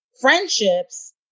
friendships